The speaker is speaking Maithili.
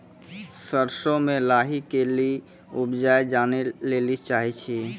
सरसों मे लाही के ली उपाय जाने लैली चाहे छी?